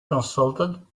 consulted